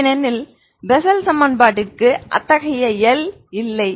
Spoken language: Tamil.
ஏனெனில் பெசல் சமன்பாட்டிற்கு அத்தகைய L இல்லை